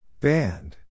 Band